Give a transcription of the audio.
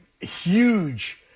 huge